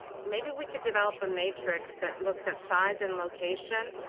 maybe we could develop a matrix that looks at size and location,